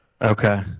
Okay